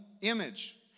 image